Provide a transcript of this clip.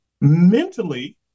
Mentally